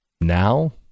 Now